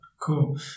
cool